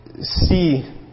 see